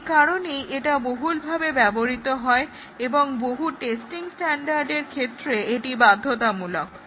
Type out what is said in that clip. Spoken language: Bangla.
এই কারণেই এটা বহুলভাবে ব্যবহৃত হয় এবং বহু টেস্টিং স্ট্যান্ডার্ডের ক্ষেত্রে এটি বাধ্যতামূলক